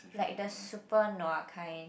like the super nua kind